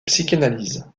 psychanalyse